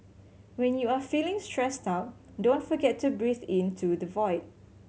when you are feeling stressed out don't forget to breathe into the void